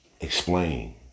explain